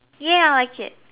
ya I like it